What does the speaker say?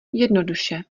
jednoduše